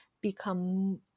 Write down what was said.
become